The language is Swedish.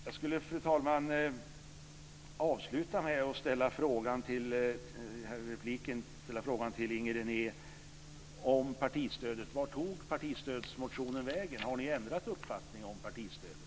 Jag skulle, fru talman, vilja avsluta med att ställa en fråga till Inger René om partistödet. Vart tog partistödsmotionen vägen? Har ni ändrat uppfattning om partistödet?